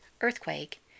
Earthquake